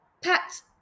pat